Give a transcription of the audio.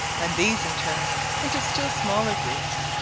and these in turn into still smaller groups.